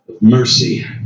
mercy